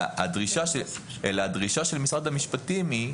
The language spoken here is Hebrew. הדרישה של משרד המשפטים,